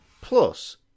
Plus